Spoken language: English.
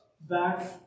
back